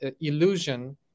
illusion